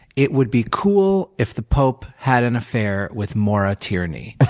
it would be cool if the pope had an affair with maura tierney.